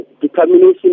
determination